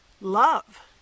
love